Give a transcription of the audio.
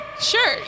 Sure